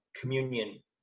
communion